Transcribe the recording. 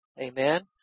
Amen